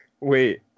wait